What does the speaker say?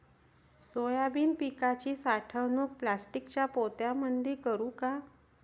Soybean पिकाची साठवणूक प्लास्टिकच्या पोत्यामंदी करू का?